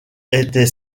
était